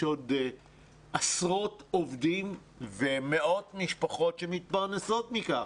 עוד עשרות עובדים ומאות משפחות שמתפרנסות מכך.